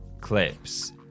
clips